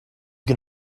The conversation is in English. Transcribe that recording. can